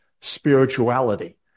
spirituality